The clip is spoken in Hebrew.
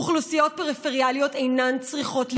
אוכלוסיות פריפריאליות אינן צריכות להשתנות,